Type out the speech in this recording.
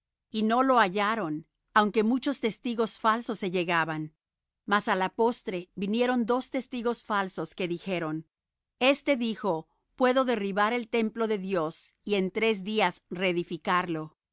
y no lo hallaron aunque muchos testigos falsos se llegaban mas á la postre vinieron dos testigos falsos que dijeron este dijo puedo derribar el templo de dios y en tres días reedificarlo